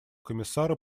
комиссара